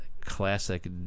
classic